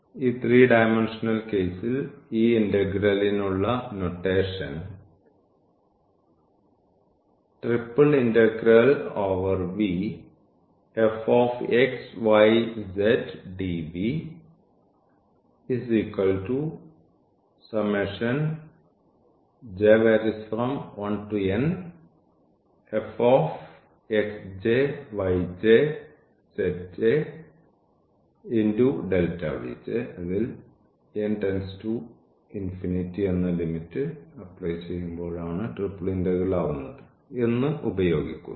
ഈ 3D കേസിൽ ഈ ഇന്റഗ്രലിനുള്ള നൊട്ടേഷൻ എന്നു ഉപയോഗിക്കുന്നു